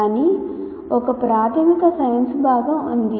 కానీ ఒక ప్రాథమిక సైన్స్ భాగం ఉంది